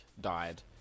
died